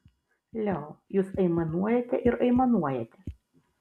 leo jūs aimanuojate ir aimanuojate